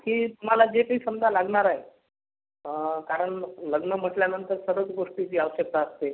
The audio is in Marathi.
आणखी तुम्हाला जे काही समजा लागणार आहे कारण लग्न म्हटल्यानंतर सर्वच गोष्टीची आवश्यकता असते